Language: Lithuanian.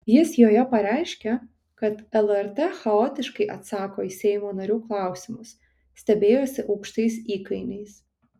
jis joje pareiškė kad lrt chaotiškai atsako į seimo narių klausimus stebėjosi aukštais įkainiais